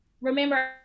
remember